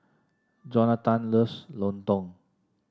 Jonatan loves lontong